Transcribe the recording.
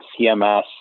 CMS